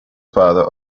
father